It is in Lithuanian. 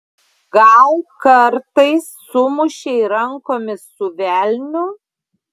gal kartais sumušei rankomis su velniu